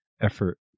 effort